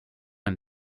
and